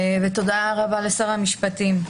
תודה רבה לשר המשפטים.